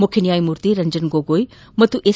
ಮುಖ್ಯನ್ನಾಯಮೂರ್ತಿ ರಂಜನ್ ಗೊಗೊಯ್ ಹಾಗೂ ಎಸ್